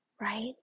right